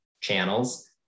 channels